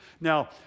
Now